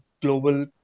global